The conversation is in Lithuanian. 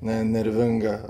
ne nervingą